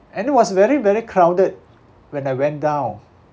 and it was very very crowded when I went down